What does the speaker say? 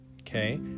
okay